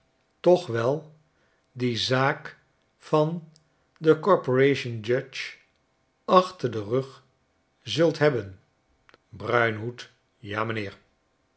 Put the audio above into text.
toch wel die zaak van de corporation judge achter den rug zult hebben bruinhoed ja m'nheer